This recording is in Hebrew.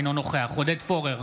אינו נוכח עודד פורר,